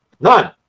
none